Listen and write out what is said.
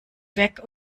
weg